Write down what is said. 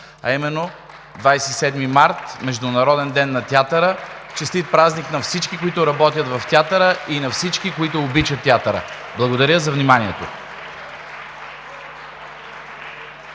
а именно 27 март – Международен ден на театъра! (Ръкопляскания.) Честит празник на всички, които работят в театъра, и на всички, които обичат театъра! Благодаря за вниманието.